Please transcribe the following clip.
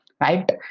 right